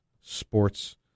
sports